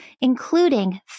including